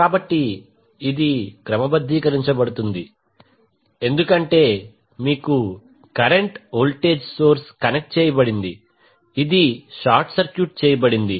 కాబట్టి ఇది క్రమబద్ధీకరించబడుతుంది ఎందుకంటే మీకు కరెంట్ వోల్టేజ్ సోర్స్ కనెక్ట్ చేయబడింది ఇది షార్ట్ సర్క్యూట్ చేయబడింది